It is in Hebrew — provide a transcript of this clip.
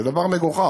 זה דבר מגוחך.